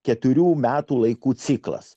keturių metų laikų ciklas